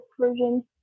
version